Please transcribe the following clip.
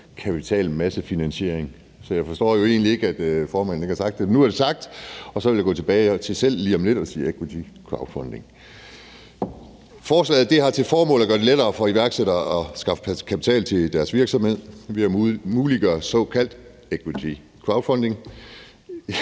kapitalmassefinansiering, så jeg forstår egentlig ikke, at formanden ikke har sagt det. Nu er det sagt, og så vil jeg gå tilbage til selv lige om lidt at sige equity crowdfunding. Forslaget har til formål at gøre det lettere for iværksættere at skaffe kapital til deres virksomhed ved at muliggøre såkaldt equity crowdfunding